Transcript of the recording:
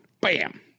bam